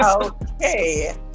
okay